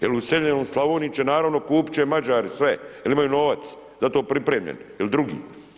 Jer u iseljenoj Slavoniji, će naravno, kupiti će Mađari sve, jer imaju novac, za to pripremljen, ili drugi.